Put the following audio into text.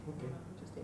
okay